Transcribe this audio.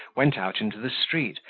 went out into the street,